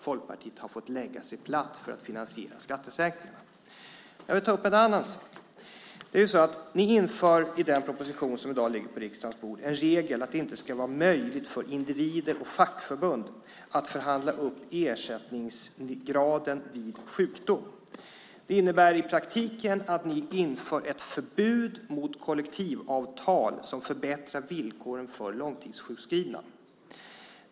Folkpartiet har fått lägga sig platt för att finansiera skattesänkningarna. Jag vill ta upp en annan sak. I den proposition som i dag ligger på riksdagens bord har ni ett förslag om att införa en regel om att det inte ska vara möjligt för individer och fackförbund att förhandla upp ersättningsgraden vid sjukdom. Det innebär i praktiken att ni inför ett förbud mot kollektivavtal som förbättrar villkoren för långtidssjukskrivna.